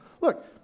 Look